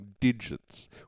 digits